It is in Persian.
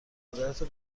مادرتو